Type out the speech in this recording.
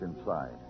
inside